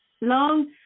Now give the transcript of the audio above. long